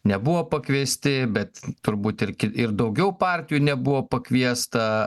nebuvo pakviesti bet turbūt ir ir daugiau partijų nebuvo pakviesta